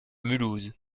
mulhouse